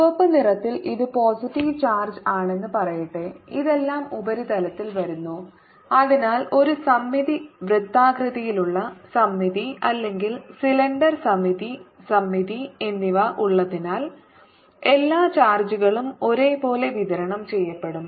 ചുവപ്പ് നിറത്തിൽ ഇത് പോസിറ്റീവ് ചാർജ് ആണെന്ന് പറയട്ടെ ഇതെല്ലാം ഉപരിതലത്തിൽ വരുന്നു അതിനാൽ ഒരു സമമിതി വൃത്താകൃതിയിലുള്ള സമമിതി അല്ലെങ്കിൽ സിലിണ്ടർ സമമിതി എന്നിവ ഉള്ളതിനാൽ എല്ലാ ചാർജുകളും ഒരേപോലെ വിതരണം ചെയ്യപ്പെടും